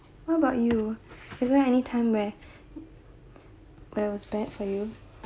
what about you is there anytime where where was bad for you